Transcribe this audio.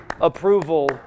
approval